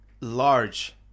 large